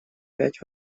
пять